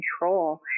control